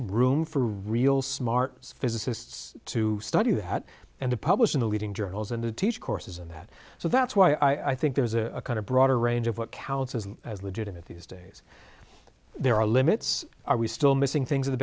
room for real smart physicists to study that and to publish in the leading journals and to teach courses on that so that's why i think there's a kind of broader range of what counts as legitimate these days there are limits are we still missing things